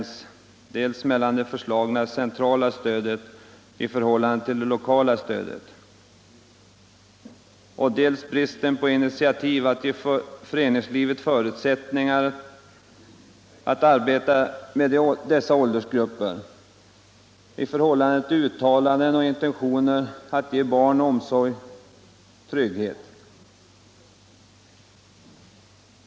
Jag avser då dels storleken av det föreslagna centrala stödet i förhållande till det lokala stödet, dels bristen på initiativ för att ge föreningslivet förutsätt 1 organisationerna ningar att arbeta med dessa åldersgrupper trots uttalade intentioner att ge barn omsorg och trygghet.